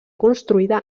construïda